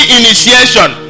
initiation